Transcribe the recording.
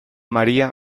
maría